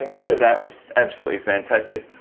and yeah that was absolutely fantastic.